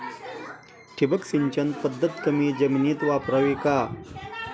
ठिबक सिंचन पद्धत कमी जमिनीत वापरावी का?